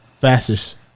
fastest